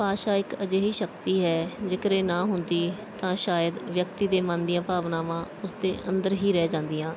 ਭਾਸ਼ਾ ਇੱਕ ਅਜਿਹੀ ਸ਼ਕਤੀ ਹੈ ਜੇਕਰ ਇਹ ਨਾ ਹੁੰਦੀ ਤਾਂ ਸ਼ਾਇਦ ਵਿਅਕਤੀ ਦੇ ਮਨ ਦੀਆਂ ਭਾਵਨਾਵਾਂ ਉਸ ਦੇ ਅੰਦਰ ਹੀ ਰਹਿ ਜਾਂਦੀਆਂ